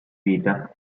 vita